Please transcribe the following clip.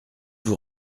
vous